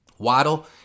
Waddle